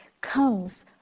comes